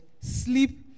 sleep